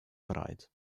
breit